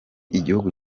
igihugu